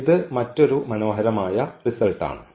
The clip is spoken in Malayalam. ഇത് മറ്റൊരു മനോഹരമായ റിസൾട്ട് ആണ്